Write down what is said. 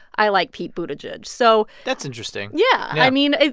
i like pete buttigieg. so. that's interesting yeah. i mean,